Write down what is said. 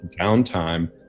downtime